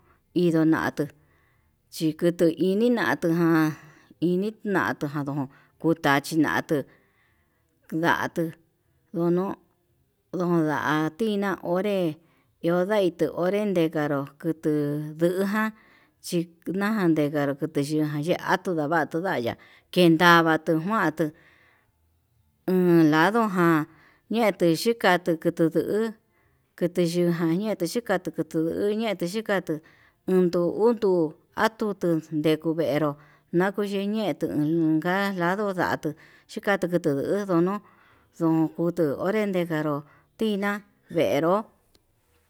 Inso'o natuu, chikutu ini natuján ini natuu jandun kutachi natuu ndatu, ndono ndonatina onré onraitu ondenikanru kutu nduján chindajan ndejanro kutu yiantu navatuu, tundaya kendavatu kuantu uun lado ján ñetuu xhikatuu kutuu tutu, kutu ñujan ñeto xhikatu tukutu hu ñetuu xhikatu, unto unto atutu ndekuveró nakuniyeto unka lando lato xhikutu endó no'o, ndon kutu onre kitaro tiná venro.